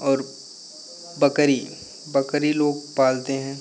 और बकरी बकरी लोग पालते हैं